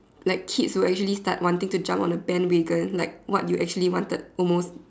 like kids will actually start wanting to jump on the bandwagon like what you actually wanted almost